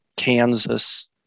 Kansas